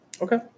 Okay